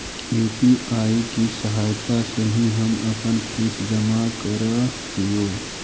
UPI की सहायता से ही हम अपन फीस जमा करअ हियो